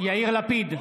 יאיר לפיד,